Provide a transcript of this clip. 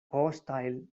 großteil